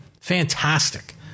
Fantastic